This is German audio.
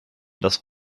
das